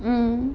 mm